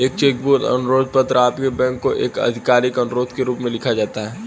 एक cheque book अनुरोध पत्र आपके बैंक को एक आधिकारिक अनुरोध के रूप में लिखा जाता है